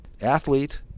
athlete